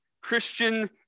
Christian